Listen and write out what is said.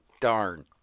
darn